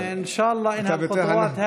(אומר בערבית: אינשאללה תפתור את הבעיה